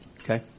okay